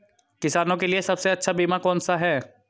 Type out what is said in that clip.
किसानों के लिए सबसे अच्छा बीमा कौन सा है?